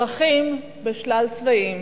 פרחים בשלל צבעים.